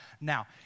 Now